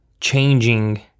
changing